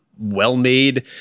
well-made